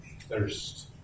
thirst